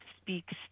speaks